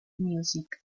music